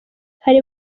hari